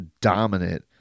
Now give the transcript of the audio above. dominant